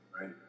Right